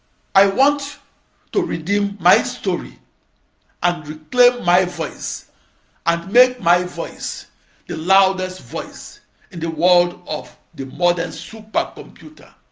i want to redeem my story and reclaim my voice and make my voice the loudest voice in the world of the modern supercomputer